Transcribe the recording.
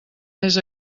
més